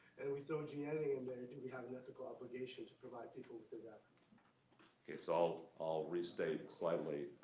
and if we throw gene editing in there, do we have an ethical obligation to provide people with their data? ok. so i'll i'll restate slightly.